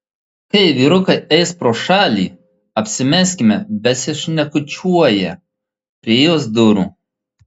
kai vyrukai eis pro šalį apsimeskime besišnekučiuoją prie jos durų